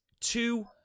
two